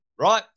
right